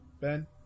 Ben